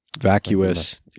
vacuous